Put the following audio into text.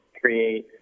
create